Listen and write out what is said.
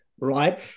Right